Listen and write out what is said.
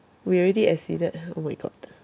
we already exceeded oh my god